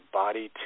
body